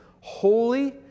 holy